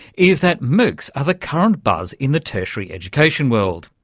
is that moocs are the current buzz in the tertiary education world.